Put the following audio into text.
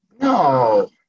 No